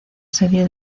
serie